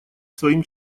своим